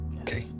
okay